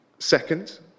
Second